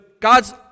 God's